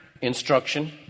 Instruction